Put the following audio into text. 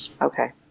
Okay